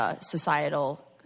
societal